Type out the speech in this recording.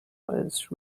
was